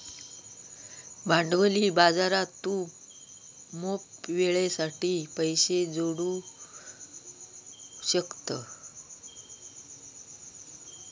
भांडवली बाजारात तू मोप वेळेसाठी पैशे जोडू शकतं